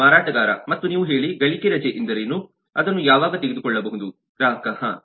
ಮಾರಾಟಗಾರ ಮತ್ತು ನೀವು ಹೇಳಿ ಗಳಿಕೆ ರಜೆ ಎಂದರೇನು ಅದನ್ನು ಯಾವಾಗ ತೆಗೆದುಕೊಳ್ಳಬಹುದು ಗ್ರಾಹಕ ಹಾಂ